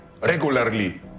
regularly